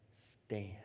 stand